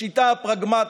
השיטה הפרגמטית,